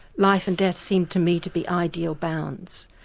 life and death seem to me to be ideal bounds.